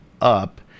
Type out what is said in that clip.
up